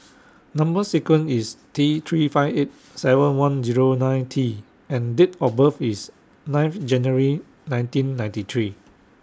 Number sequence IS T three five eight seven one Zero nine T and Date of birth IS nine of January nineteen ninety three